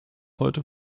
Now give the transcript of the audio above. heute